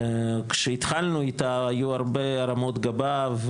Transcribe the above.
כשהתחלנו איתה היו הרבה הרמות גבה,